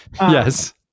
Yes